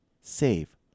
save